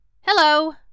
Hello